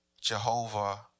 Jehovah